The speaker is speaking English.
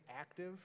active